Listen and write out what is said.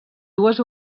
dues